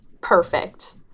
Perfect